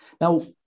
now